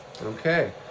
Okay